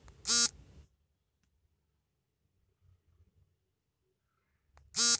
alligator ಕೃಷಿಯು ಪರಿಸರದ ಮೇಲೆ ಕನಿಷ್ಠ ಪ್ರತಿಕೂಲ ಪರಿಣಾಮಗಳನ್ನು ಹೊಂದಿರ್ತದೆ